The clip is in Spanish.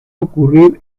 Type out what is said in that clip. ocurrir